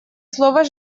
слово